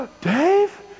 Dave